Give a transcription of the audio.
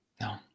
No